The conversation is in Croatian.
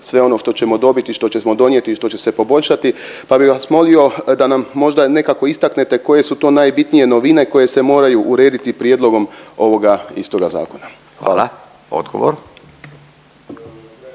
sve ono što ćemo dobiti, što ćemo donijeti i što će se poboljšati pa bi vas molimo da nam možda nekako istaknete koje su to najbitnije novine koje se moraju urediti prijedlogom ovoga istoga zakona. **Radin,